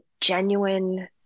genuine